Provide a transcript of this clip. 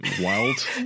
Wild